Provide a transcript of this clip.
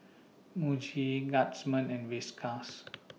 Muji Guardsman and Whiskas